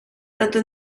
tanto